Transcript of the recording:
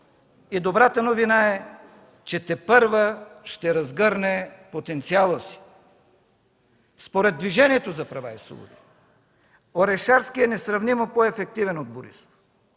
И добрата новина е, че тепърва ще разгърне потенциала си. Според Движението за права и свободи Орешарски е несравнимо по-ефективен от Борисов.